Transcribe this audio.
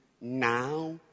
now